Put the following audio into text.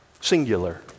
singular